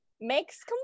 Makes